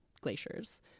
glaciers